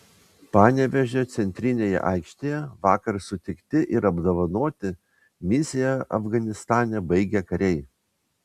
panevėžio centrinėje aikštėje vakar sutikti ir apdovanoti misiją afganistane baigę kariai